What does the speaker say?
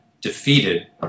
defeated